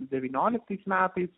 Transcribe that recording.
devynioliktais metais